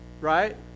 Right